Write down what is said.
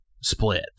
split